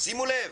שימו לב,